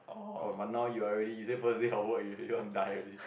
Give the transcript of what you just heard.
cause but now you already you say first day on work you you already want die already